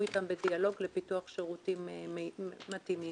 איתם בדיאלוג לפיתוח שירותים מתאימים.